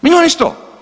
Milijun i 100.